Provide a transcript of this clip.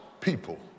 people